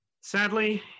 Sadly